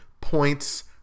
points